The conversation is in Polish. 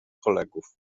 kolegów